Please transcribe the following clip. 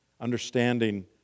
Understanding